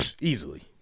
easily